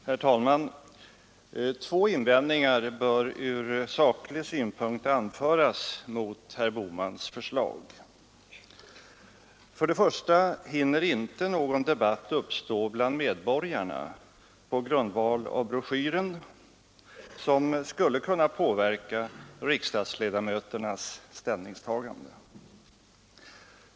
Herr talman! Två invändningar bör ur saklig synpunkt anföras mot herr Bohmans förslag. Den första invändningen är att på grundval av broschyren någon debatt inte hinner uppstå bland medborgarna som skulle kunna påverka riksdagsledamöternas ställningstagande.